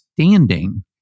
standing